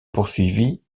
poursuivit